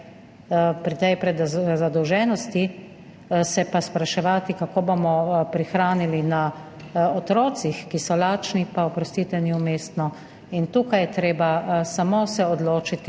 pri tej prezadolženosti se pa spraševati, kako bomo prihranili na otrocih, ki so lačni, pa oprostite, ni umestno. In tukaj se je treba samo odločiti,